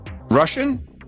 russian